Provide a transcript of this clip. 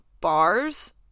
bars